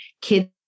kids